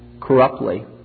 corruptly